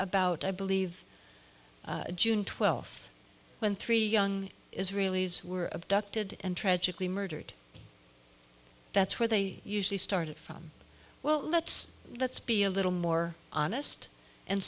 about i believe june twelfth when three young israelis were abducted and tragically murdered that's where they usually started from well let's let's be a little more honest and